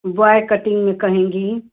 boy cutting में कहेंगी